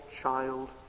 child